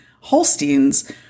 Holsteins